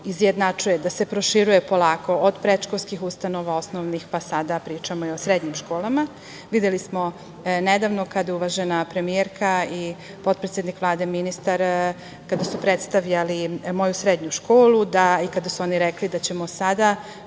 izjednačuje da se proširuje polako, od predškolskih ustanova, osnovnih, sada pričamo i o srednjim školama. Videli smo nedavno kada je uvažena premijerka, potpredsednik Vlade, ministar, kada su predstavljali moju srednju školu i kada su oni rekli da ćemo sada